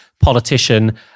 politician